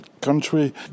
country